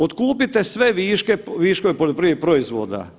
Otkupite sve viškove poljoprivrednih proizvoda.